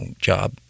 Job